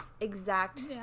exact